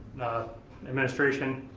administration,